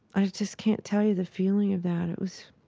i just can't tell you the feeling of that. it was